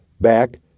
back